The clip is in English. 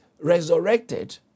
resurrected